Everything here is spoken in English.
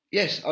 yes